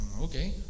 okay